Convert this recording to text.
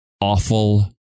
awful